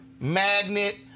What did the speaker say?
magnet